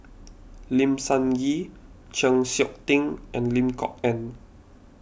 Lim Sun Gee Chng Seok Tin and Lim Kok Ann